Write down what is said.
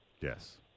Yes